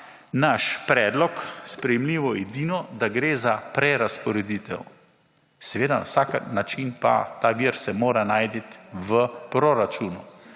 naš predlog sprejemljivo edino, da gre za prerazporeditev. Seveda vsak način pa ta vir se mora najti v poračunu.